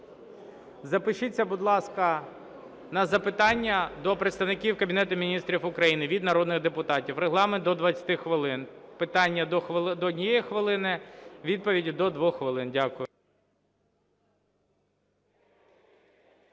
Запишіться, будь ласка, на запитання до представників Кабінету Міністрів України від народних депутатів. Регламент – до 20 хвилин, питання – до 1 хвилини, відповіді – до 2 хвилин. Дякую.